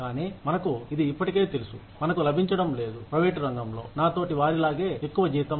కానీ మనకు ఇది ఇప్పటికే తెలుసు మనకు లభించడం లేదు ప్రైవేటు రంగంలో నాతోటి వారిలాగే ఎక్కువ జీతం